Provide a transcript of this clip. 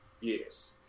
Yes